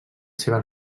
seva